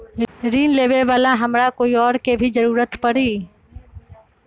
ऋन लेबेला हमरा कोई और के भी जरूरत परी?